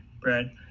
brad